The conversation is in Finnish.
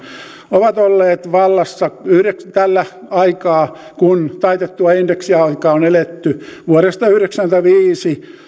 ovat olleet vallassa tällä aikaa kun taitettua indeksiaikaa on eletty vuodesta yhdeksänkymmentäviisi